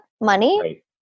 money